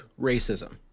racism